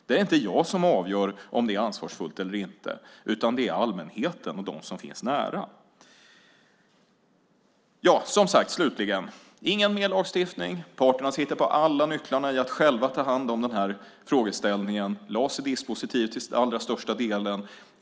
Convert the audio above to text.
Det är inte jag som avgör om det är ansvarsfullt eller inte, utan det är allmänheten och de som finns nära. Slutligen: Ingen mer lagstiftning. Parterna sitter på alla nycklarna för att själva ta hand om den här frågeställningen. LAS är dispositiv till allra största delen.